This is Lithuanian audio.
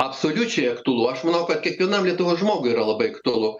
absoliučiai aktualu aš manau kad kiekvienam lietuvos žmogui yra labai aktualu